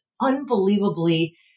unbelievably